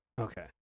okay